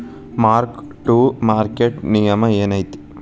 mark to market ನಿಯಮ ಏನೈತಿ